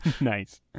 Nice